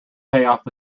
payoff